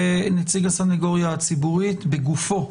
נציג הסניגוריה הציבורית בגופו